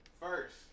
first